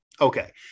Okay